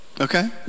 Okay